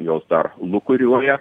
jos dar lukuriuoja